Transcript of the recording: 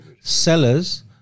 sellers